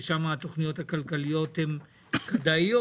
ששם התכניות הכלכליות הן כדאיות,